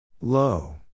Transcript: Low